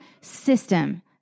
system